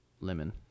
lemon